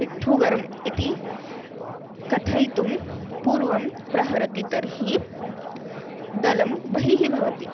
पिट्ठुगरम् इति कथयितुं पूर्वं प्रहरति तर्हि दलं बहिः भवति